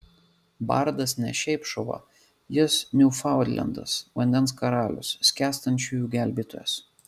bardas ne šiaip šuva jis niūfaundlendas vandens karalius skęstančiųjų gelbėtojas